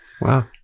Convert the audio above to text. wow